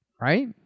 Right